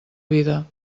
vida